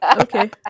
okay